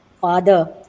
father